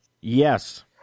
Yes